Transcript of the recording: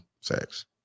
sex